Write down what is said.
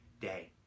day